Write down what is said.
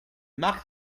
marc